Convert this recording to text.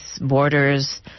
borders